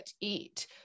eat